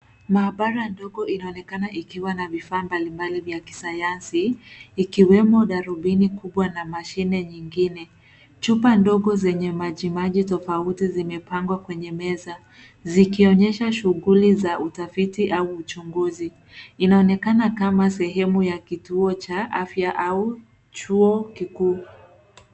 Maabara ndogo inaonekana ikiwa na vifaa mbali mbali vya kisayansi, ikiwemo, darubini kubwa na mashine nyingine. Chupa ndogo zenye maji maji tofauti zimepangwa kwenye meza, zikionyesha shughuli za utafiti au uchunguzi. Inaonekana kama sehemu ya kituo cha afya au chuo kikuu.